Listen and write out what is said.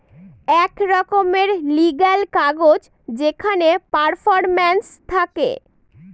এক রকমের লিগ্যাল কাগজ যেখানে পারফরম্যান্স থাকে